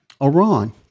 Iran